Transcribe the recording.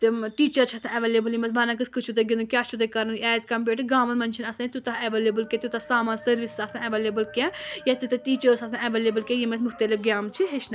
تِم ٹیٖچر چھِ آسان ایٚولیبٕل یِمن وَنان کِتھ کٲٹھۍ چھُو تۄہہ گنٛدُن کیاہ چھِو تۄہہ کرُن ایز کمپیریڈ ٹُہ گامَن منٛز چھُنہٕ آسان تیوٗتاہ ایٚولیبٕل کیٚنٛہہ تیوٗتاہ سامان سٔروِس آسان ایٚولیبٕل کیٚنٛہہ یا تیٖژھ ٹیٖچٲرٕس ایٚولیبٕل کیٚنٛہہ یِم اَسہِ مُختٔلِف گیمہٕ چھِ ہٮ۪چھناوان